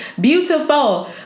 beautiful